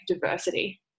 diversity